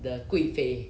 the 贵妃